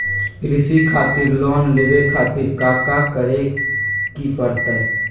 कृषि खातिर लोन लेवे खातिर काका करे की परतई?